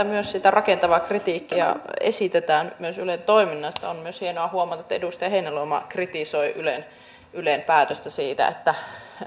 myös sitä rakentavaa kritiikkiä esitetään myös ylen toiminnasta on myös hienoa huomata että edustaja heinäluoma kritisoi ylen päätöstä